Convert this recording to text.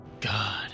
God